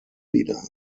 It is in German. wieder